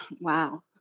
wow